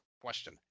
question